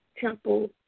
temple